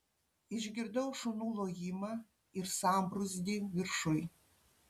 išgirdau šunų lojimą ir sambrūzdį viršuj